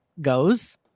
goes